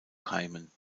keimen